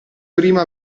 prima